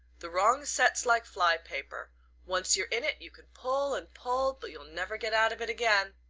the wrong set's like fly-paper once you're in it you can pull and pull, but you'll never get out of it again.